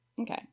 Okay